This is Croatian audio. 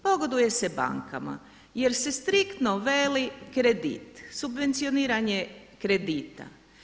Pogoduje se bankama, jer se striktno veli kredit, subvencioniranje kredita.